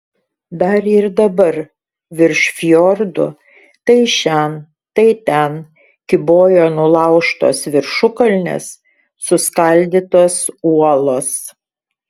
dar ir dabar virš fjordų tai šen tai ten kybojo nulaužtos viršukalnės suskaldytos uolos